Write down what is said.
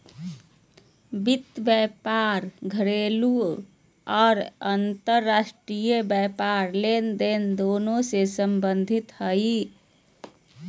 वित्त व्यापार घरेलू आर अंतर्राष्ट्रीय व्यापार लेनदेन दोनों से संबंधित हइ